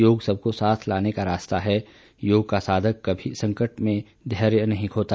योग सबको साथ लाने का रास्ता है योग का साधक कभी संकट में धैर्य नहीं खोता